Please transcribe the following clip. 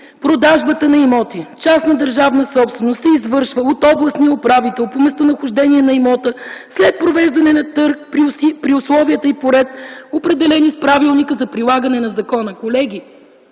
„Продажбата на имоти – частна държавна собственост, се извършва от областния управител по местонахождение на имота след провеждане на търг при условия и по ред, определени с правилника за прилагане на закона”. Колеги,